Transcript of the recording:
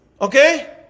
Okay